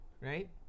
right